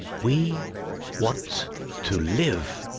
we want to live.